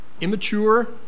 immature